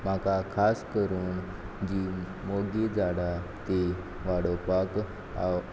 म्हाका खास करून जीं मोगी झाडां तीं वाडोवपाक आव